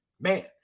Man